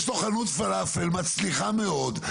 יש לו חנות פלאפל מצליחה מאוד,